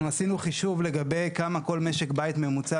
אנחנו עשינו חישוב לגבי כמה כל משק בית ממוצע